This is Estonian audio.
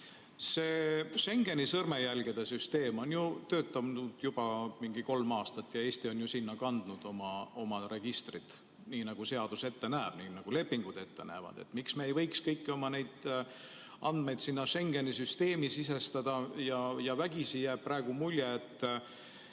see Schengeni sõrmejälgede süsteem on ju töötanud juba umbes kolm aastat ja Eesti on sinna kandnud oma registrid, nii nagu seadus ette näeb, nii nagu lepingud ette näevad. Miks me ei võiks kõiki oma andmeid sinna Schengeni süsteemi sisestada? Vägisi jääb praegu mulje, et